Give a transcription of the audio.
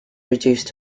reduced